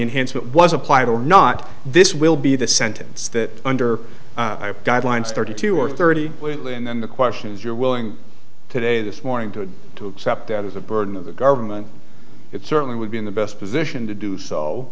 enhancement was applied or not this will be the sentence that under guidelines thirty two or thirty and then the question is you're willing today this morning to to accept that as a burden of the government it certainly would be in the best position to do so